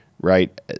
right